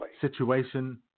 situation